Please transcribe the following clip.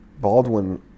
Baldwin